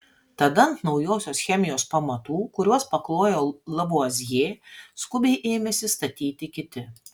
tada ant naujosios chemijos pamatų kuriuos paklojo lavuazjė skubiai ėmėsi statyti kiti